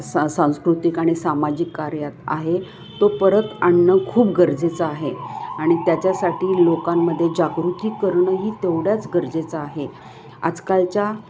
सा सांस्कृतिक आणि सामाजिक कार्यात आहे तो परत आणणं खूप गरजेचं आहे आणि त्याच्यासाठी लोकांमध्ये जागृती करणंही तेवढ्याच गरजेचं आहे आजकालच्या